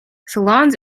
salons